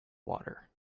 water